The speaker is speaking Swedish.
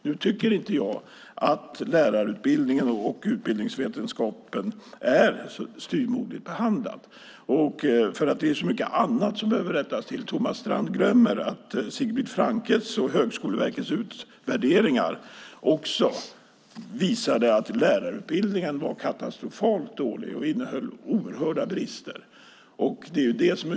Nu tycker inte jag att lärarutbildningen och utbildningsvetenskapen är styvmoderligt behandlad. Det är så mycket annat som behöver rättas till. Thomas Strand glömmer att Sigbrit Frankes och Högskoleverkets utvärderingar också visade att lärarutbildningen var katastrofalt dålig och innehöll stora brister.